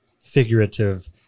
figurative